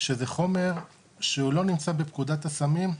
שזה חומר שהוא לא נמצא בפקודת הסמים,